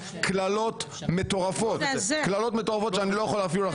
קללות מטורפות שאני לא יכול לחזור עליהן.